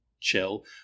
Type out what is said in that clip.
chill